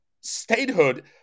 statehood